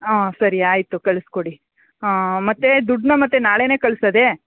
ಹಾಂ ಸರಿ ಆಯಿತು ಕಳಿಸ್ಕೊಡಿ ಮತ್ತು ದುಡ್ಡನ್ನ ಮತ್ತೆ ನಾಳೆನೇ ಕಳಿಸದೆ